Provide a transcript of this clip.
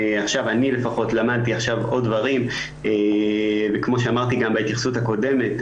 אני לפחות עכשיו למדתי עוד דברים וכמו שאמרתי גם בהתייחסות הקודמת,